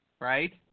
Right